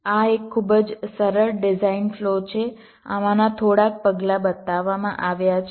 આ એક ખૂબ જ સરળ ડિઝાઇન ફ્લો છે આમાંના થોડાક પગલાં બતાવવામાં આવ્યા છે